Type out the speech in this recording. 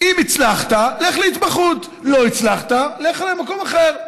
אם הצלחת, לך להתמחות, לא הצלחת לך למקום אחר.